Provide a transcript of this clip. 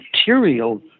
material